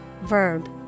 verb